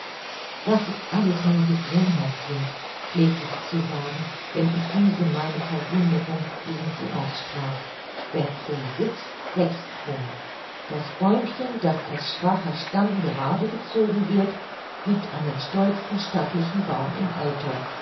das ist alles nur gewohnheit kind pflegte sie zu sagen wenn ich diese meine verwunderung gegen sie aussprach wer krumm sitzt wächst krumm das bäumchen das als schwacher stamm gerade gezogen wird giebt einen stolzen stattlichen baum im alter